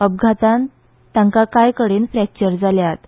अपघातांत तांका कांयकडेन फ्रॅक्चर जाल्यात